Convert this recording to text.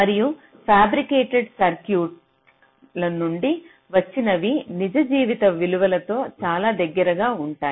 మరియు ఫ్యాబ్రికెటెడ్ సర్క్యూట్ల నుండి వచ్చినవి నిజ జీవిత విలువలతో చాలా దగ్గరగా ఉంటాయి